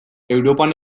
europan